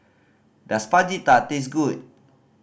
does Fajita taste good